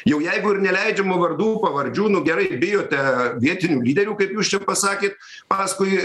jau jeigu ir neleidžiama vardų pavardžių nu gerai bijote vietinių lyderių kaip jūs čia pasakėt paskui